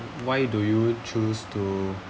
why do you choose to